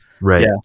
Right